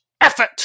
effort